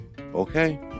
Okay